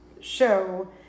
show